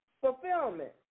fulfillment